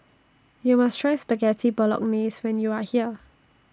YOU must Try Spaghetti Bolognese when YOU Are here